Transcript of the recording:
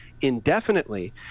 indefinitely